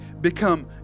become